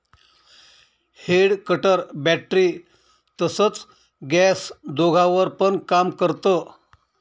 head cutter battery तसच gas दोघांवर पण काम करत